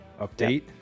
update